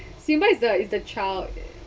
simba is the is the child